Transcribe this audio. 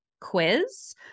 quiz